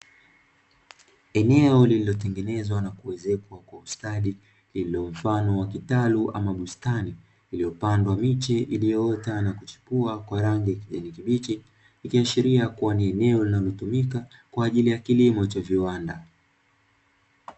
Eneo lililotengenezwa na kuezekwa kwa ustadi lililo mfano wa kitalu ama bustani iliyopandwa miche iliyoota na kuchipua kwa rangi ya kijani kibichi, ikiashiria kuwa ni eneo linalotumika ajili ya kilimo cha viwanda.